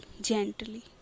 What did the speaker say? gently